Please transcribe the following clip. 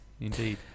Indeed